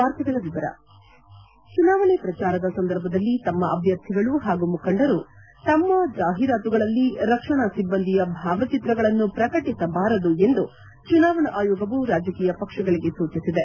ವಾರ್ತೆಗಳ ವಿವರ ಹೆಡ್ ಚುನಾವಣೆ ಪ್ರಜಾರದ ಸಂದರ್ಭದಲ್ಲಿ ತಮ್ಮ ಅಭ್ಯರ್ಥಿಗಳು ಪಾಗೂ ಮುಖಂಡರು ತಮ್ಮ ಜಾಹೀರಾತುಗಳಲ್ಲಿ ರಕ್ಷಣಾ ಸಿಬ್ಬಂದಿಯ ಭಾವಚಿತ್ರಗಳನ್ನು ಪ್ರಕಟಿಸಬಾರದು ಎಂದು ಚುನಾವಣಾ ಆಯೋಗವು ರಾಜಕೀಯ ಪಕ್ಷಗಳಿಗೆ ಸೂಚಿಸಿದೆ